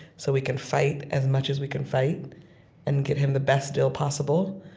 so we can fight as much as we can fight and get him the best deal possible.